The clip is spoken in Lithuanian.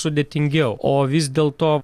sudėtingiau o vis dėlto